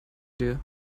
dir